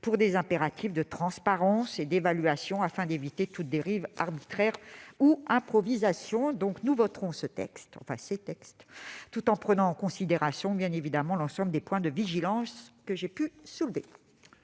des impératifs de transparence et d'évaluation et afin d'éviter toute dérive arbitraire ou improvisation. Nous voterons donc ces textes, tout en prenant en considération l'ensemble des points de vigilance que j'ai soulevés.